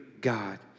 God